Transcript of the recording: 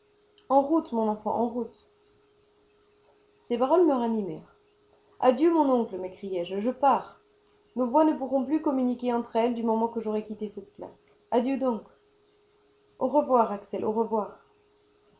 en route mon enfant en route ces paroles me ranimèrent adieu mon oncle m'écriai-je je pars nos voix ne pourront plus communiquer entre elles du moment que j'aurai quitté cette place adieu donc au revoir axel au revoir